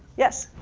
yes.